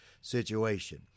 situation